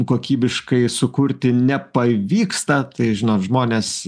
kokybiškai sukurti nepavyksta tai žinot žmonės